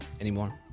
anymore